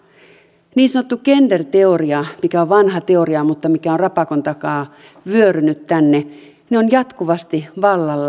niin sanottu gender teoria joka on vanha teoria mutta rapakon takaa vyörynyt tänne on jatkuvasti vallalla